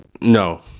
No